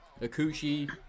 Akushi